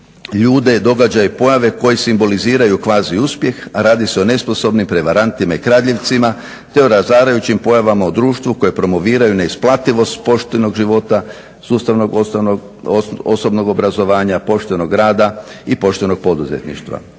ljude, događaje i pojave koje simboliziraju kvazi uspjeh, a radi se o nesposobnim prevarantima i kradljivcima, te o razarajućim pojavama u društvu koje promoviraju neisplativost poštenog života, sustavnog osobnog obrazovanja, poštenog rada i poštenog poduzetništva.